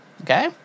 okay